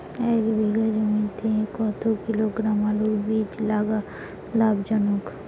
এক বিঘা জমিতে কতো কিলোগ্রাম আলুর বীজ লাগা লাভজনক?